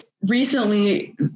recently